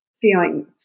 feeling